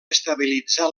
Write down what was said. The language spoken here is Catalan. estabilitzar